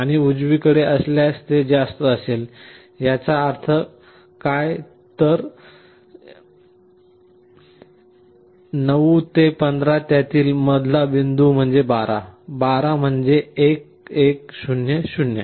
आणि उजवीकडे असल्यास ते जास्त असेल तर याचा अर्थ असा की 9 ते 15 त्यातील मधला बिंदू 12 12 म्हणजे 1 1 0 0